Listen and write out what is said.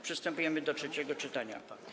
Przystępujemy do trzeciego czytania.